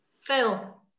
Phil